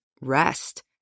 rest